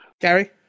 Gary